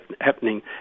happening